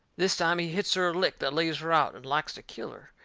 this time he hits her a lick that lays her out and likes to kill her,